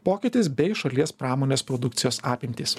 pokytis bei šalies pramonės produkcijos apimtys